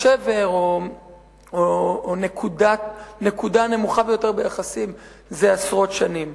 שבר או נקודה נמוכה ביותר ביחסים זה עשרות שנים.